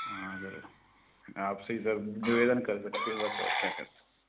हाँ सर आपसे ही सर निवेदन कर सकते हैं बस और क्या कर सकते